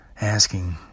asking